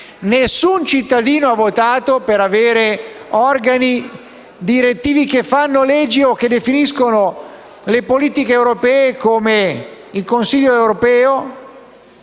nessun cittadino ha votato per avere organi direttivi che fanno leggi o definiscono le politiche europee come il Consiglio europeo;